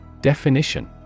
Definition